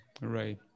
Right